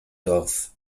dorf